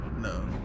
No